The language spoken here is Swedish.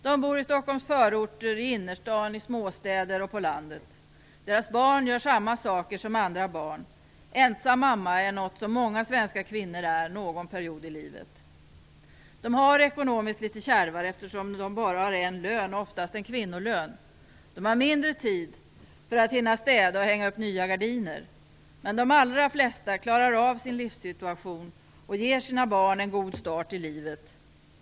De bor i Stockholms förorter, i innerstan, i småstäder och på landet. Deras barn gör samma saker som andra barn. Ensam mamma är något som många svenska kvinnor är någon period i livet. De har det ekonomiskt litet kärvare, eftersom de bara har en lön som oftast är en kvinnolön. De har mindre tid för att städa och hänga upp nya gardiner. Men de allra flesta klarar av sin livssituation och ger sina barn en god start i livet.